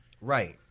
Right